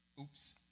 oops